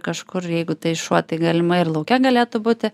kažkur jeigu tai šuo tai galimai ir lauke galėtų būti